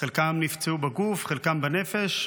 חלקם נפצעו בגוף, חלקם בנפש.